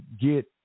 get